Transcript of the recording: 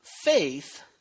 faith